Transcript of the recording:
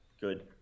good